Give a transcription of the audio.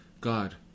God